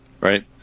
right